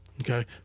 Okay